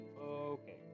Okay